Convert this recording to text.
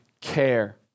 care